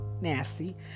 nasty